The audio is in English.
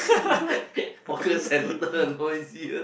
hawker centre noisier